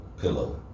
Pillow